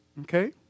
okay